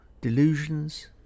delusions